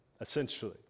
essentially